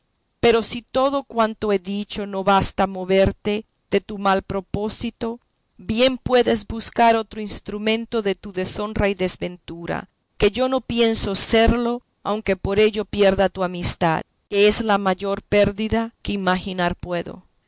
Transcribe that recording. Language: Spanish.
pero si todo cuanto he dicho no basta a moverte de tu mal propósito bien puedes buscar otro instrumento de tu deshonra y desventura que yo no pienso serlo aunque por ello pierda tu amistad que es la mayor pérdida que imaginar puedo